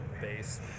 base